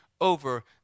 over